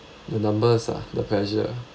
the numbers ah the pressure